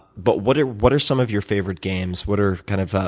but what are what are some of your favorite games? what are kind of